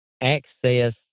access